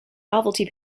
novelty